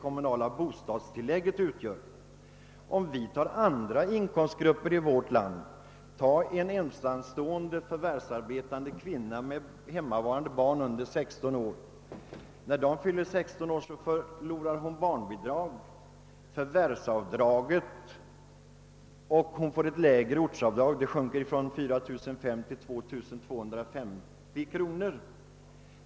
Vi kan i detta fall göra en jämförelse med andra inkomsttagargrupper i vårt land. En ensamstående förvärvsarbetande kvinna med hemmavarande barn under 16 år mister barnbidraget och förvärvsavdraget när barnen fyller 16 år, och hon får då även ett lägre ortsavdrag — det sjunker från 4 500 till 2 250 kronor.